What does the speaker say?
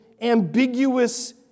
ambiguous